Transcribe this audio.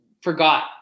forgot